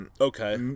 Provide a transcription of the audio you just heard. Okay